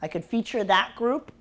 i could feature that group